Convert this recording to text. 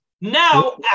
Now